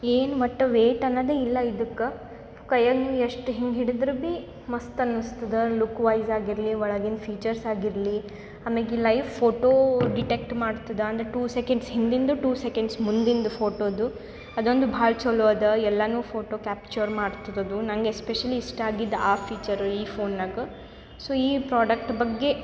ಏನು ಒಟ್ಟ ವೆಯ್ಟ್ ಅನ್ನೊದ ಇಲ್ಲ ಇದಕ್ಕೆ ಕೈಯಾಗೆ ಎಷ್ಟು ಹಿಂಗೆ ಹಿಡಿದ್ರು ಬಿ ಮಸ್ತ್ ಅನಿಸ್ತದ ಲುಕ್ ವೈಸ್ ಆಗಿರಲಿ ಒಳಗಿಂದು ಫೀಚರ್ಸ್ ಆಗಿರಲಿ ಅಮ್ಯಾಗೆ ಈ ಲೈವ್ ಫೋಟೋ ಡಿಟೆಕ್ಟ ಮಾಡ್ತದೆ ಅಂದು ಟು ಸೆಕೆಂಡ್ಸ ಹಿಂದಿಂದು ಟು ಸೆಕೆಂಡ್ಸ್ ಮುಂದಿಂದು ಫೋಟೋದು ಅದೊಂದು ಭಾಳ ಚಲೋ ಅದ ಎಲ್ಲನು ಫೋಟೋ ಕ್ಯಾಪ್ಚರ್ ಮಾಡ್ತದೆ ಅದು ನಂಗೆ ಎಸ್ಪೆಷಲಿ ಇಷ್ಟ ಆಗಿದ್ದು ಆ ಫೀಚರ್ ಈ ಫೋನಾಗ ಸೊ ಈ ಪ್ರಾಡಕ್ಟ್ ಬಗ್ಗೆ